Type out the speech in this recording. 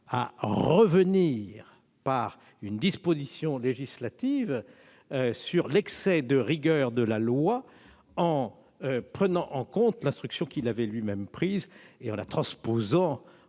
à revenir, par une disposition législative, sur l'excès de rigueur de la loi, en prenant en compte l'instruction qu'il avait lui-même élaborée et en la « transposant